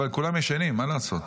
אבל כולם ישנים, מה לעשות.